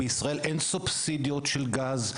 בישראל אין סובסידיות של גז,